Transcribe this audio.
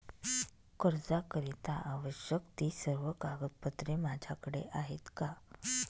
कर्जाकरीता आवश्यक ति सर्व कागदपत्रे माझ्याकडे आहेत का?